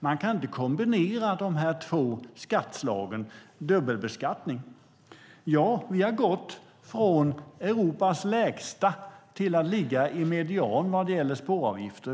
Man kan inte kombinera de två skattslagen; det är dubbelbeskattning. Ja, vi har gått från lägst i Europa till att ligga på medianen vad gäller spåravgifter.